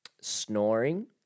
snoring